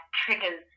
triggers